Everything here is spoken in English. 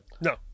no